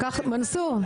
מנסור,